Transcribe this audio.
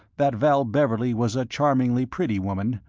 that val beverley was a charmingly pretty woman,